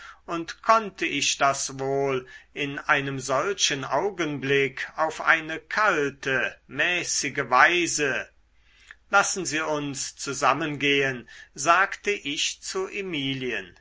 und konnte ich das wohl in einem solchen augenblick auf eine kalte mäßige weise lassen sie uns zusammen gehn sagte ich zu emilien